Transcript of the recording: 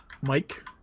Mike